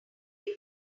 many